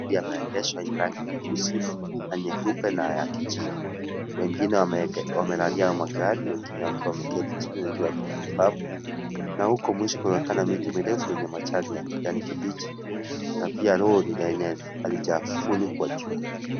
Magari yameegeshwa yenye rangi nyeusi na nyeupe na ya kijivu, wengine wamelalia magari, wengine wakiwa wameketi chini wengine wakitabasamu na huko mwisho kunaonekana miti mirefu yenye majani ya kijani kibichi, na pia lori lenye halijafunikwa juu.